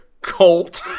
Colt